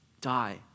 die